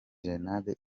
grenade